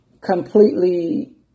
completely